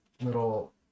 little